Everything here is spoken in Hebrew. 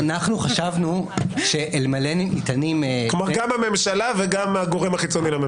כלומר, גם הממשלה וגם הגורם החיצוני לממשלה.